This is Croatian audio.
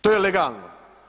To je legalno.